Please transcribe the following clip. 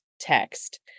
text